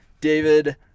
David